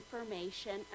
information